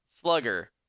Slugger